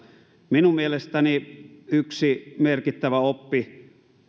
minun mielestäni yksi merkittävä oppi